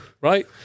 right